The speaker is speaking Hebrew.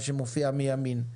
מה שמופיע מימין.